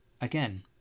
Again